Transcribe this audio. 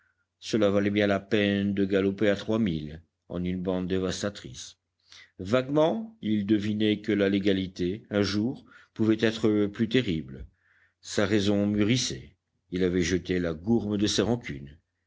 cela valait bien la peine de galoper à trois mille en une bande dévastatrice vaguement il devinait que la légalité un jour pouvait être plus terrible sa raison mûrissait il avait jeté la gourme de ses rancunes